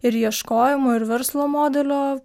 ir ieškojimo ir verslo modelio